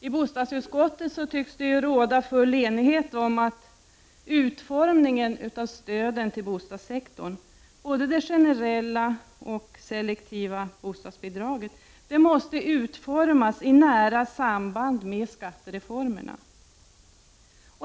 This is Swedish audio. I bostadsutskottet tycks det råda fullständig enighet om att utformningen av stöden till bostadssektorn, både det generella och det selektiva bostadsbidraget, måste ske i nära samband med skattereformerna.